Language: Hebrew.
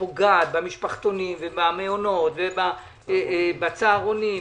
פוגעת במשפחתונים ובמעונות ובצהרונים,